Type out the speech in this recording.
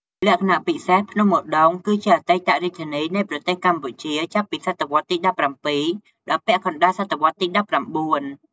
លក្ខណៈពិសេស ភ្នំឧត្តុង្គគឺជាអតីតរាជធានីនៃប្រទេសកម្ពុជាចាប់ពីសតវត្សទី ១៧ ដល់ពាក់កណ្ដាលសតវត្សទី ១៩។